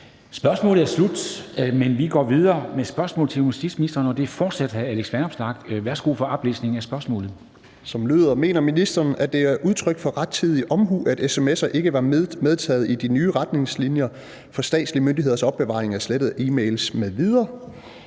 Spørgsmålet er slut, men vi går videre med spørgsmål til justitsministeren, og det er fortsat hr. Alex Vanopslagh. Kl. 13:14 Spm. nr. S 253 3) Til justitsministeren af: Alex Vanopslagh (LA): Mener ministeren, at det er udtryk for rettidig omhu, at sms’er ikke var medtaget i de nye retningslinjer for statslige myndigheders opbevaring af slettede e-mails m.v.,